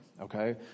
Okay